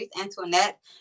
Antoinette